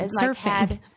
surfing